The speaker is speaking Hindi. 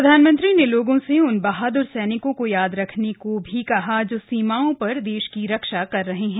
प्रधानमंत्री ने लोगों से उन बहादुर सैनिकों को याद रखने को भी कहा जो सीमाओंपर देश की रक्षा कर रहे हैं